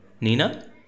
Nina